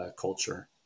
culture